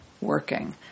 working